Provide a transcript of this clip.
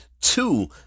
two